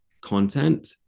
content